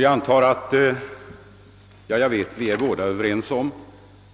Jag vet att herr Hamrin och jag är överens om